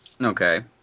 Okay